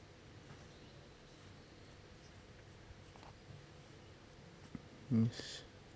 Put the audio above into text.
yes